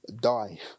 die